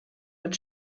mit